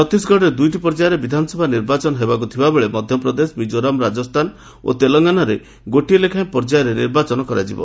ଛତିଶଗଡ଼ରେ ଦୁଇଟି ପର୍ଯ୍ୟାୟରେ ବିଧାନସଭା ନିର୍ବାଚନ ହେବାକୁ ଥିବାବେଳେ ମଧ୍ୟପ୍ରଦେଶ ମିଜୋରାମ ରାଜସ୍ଥାନ ଓ ତେଲଙ୍ଗାନାରେ ଗୋଟିଏ ଲେଖାଏଁ ପର୍ଯ୍ୟାୟରେ ନିର୍ବାଚନ କରାଯିବ